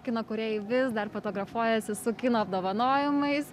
kino kūrėjai vis dar fotografuojasi su kino apdovanojimais